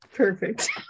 Perfect